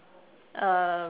uh